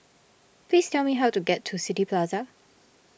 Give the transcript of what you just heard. please tell me how to get to City Plaza